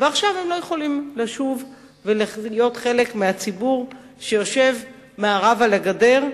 ועכשיו הם לא יכולים לשוב ולהיות חלק מהציבור שיושב מערבה לגדר,